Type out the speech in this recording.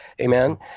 Amen